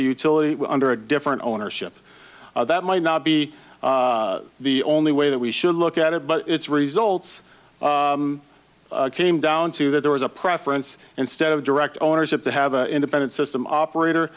the utility under a different ownership that might not be the only way that we should look at it but its results came down to that there was a preference and stead of direct ownership to have an independent system operator